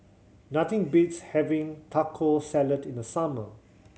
nothing beats having Taco Salad in the summer